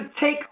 take